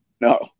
No